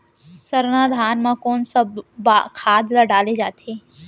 सरना धान म कोन सा खाद ला डाले जाथे?